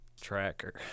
Tracker